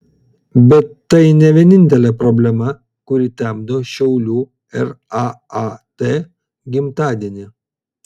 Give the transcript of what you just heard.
bet tai ne vienintelė problema kuri temdo šiaulių raad gimtadienį